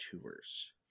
tours